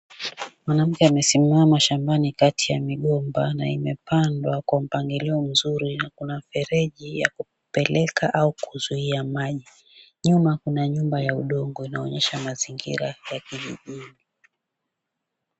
Mwanamke amesimama katika shambani kuna migomba zilizopangwa kwa mpangilio mzuri na kuna mfereji ya kupeleka au kuzuia maji. Nyuma kuna nyumba ya udongo inaonyesha mazingira ya kijijini.